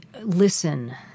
Listen